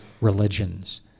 religions